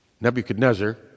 Nebuchadnezzar